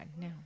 no